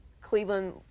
Cleveland